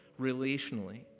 relationally